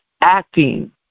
acting